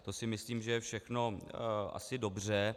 To si myslím, že je všechno asi dobře.